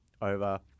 over